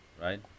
right